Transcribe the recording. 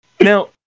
now